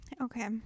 Okay